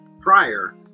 prior